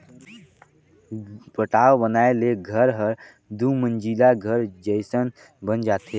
पटाव बनाए ले घर हर दुमंजिला घर जयसन बन जाथे